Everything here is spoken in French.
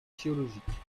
géologique